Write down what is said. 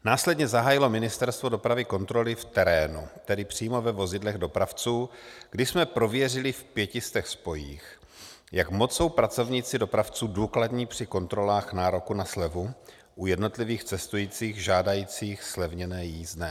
Následně zahájilo Ministerstvo dopravy kontroly v terénu, tedy přímo ve vozidlech dopravců, kdy jsme prověřili v pěti stech spojích, jak moc jsou pracovníci dopravců důkladní při kontrolách nároku na slevu u jednotlivých cestujících žádajících zlevněné jízdné.